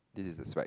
this is the spike